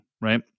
right